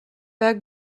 pas